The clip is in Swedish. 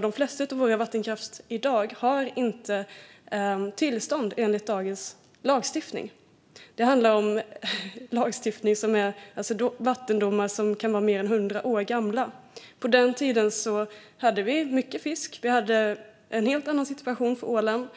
De flesta av våra vattenkraftverk har i dag inte tillstånd enligt dagens lagstiftning, utan de bygger på vattendomar som kan vara mer än 100 år gamla. På den tiden hade vi mycket fisk. Vi hade en helt annan situation för ålen.